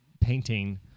painting